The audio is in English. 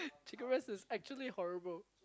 chicken breast is actually horrible